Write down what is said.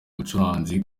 bacuranzi